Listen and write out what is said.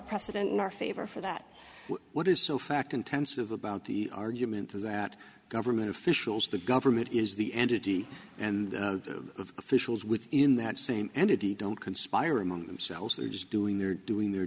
precedent in our favor for that what is so fact intensive about the argument is that government officials the government is the entity and officials within that same entity don't conspire among themselves they're just doing their doing their